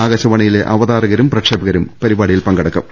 ആകാശവാണിയിലെ അവതാര കരും പ്രക്ഷേപകരും പരിപാടിയിൽ പങ്കെടുക്കും